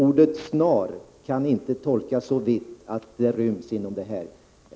Ordet snart kan inte tolkas så vitt att det täcker denna behandling.